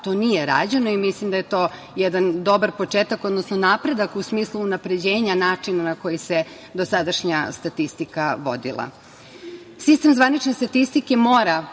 to nije rađeno i mislim da je to jedan dobar početak, odnosno napredak u smislu unapređenja načina na koji se dosadašnja statistika vodila. Sistem zvanične statistike mora